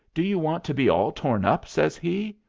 do you want to be all torn up? says he.